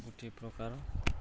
ଗୋଟିଏ ପ୍ରକାର